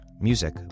music